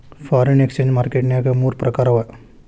foreign exchange market ನ್ಯಾಗ ಮೂರ್ ಪ್ರಕಾರವ